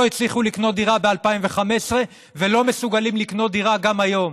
לא הצליחו לקנות דירה ב-2015 ולא מסוגלים לקנות דירה גם היום.